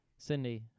Cindy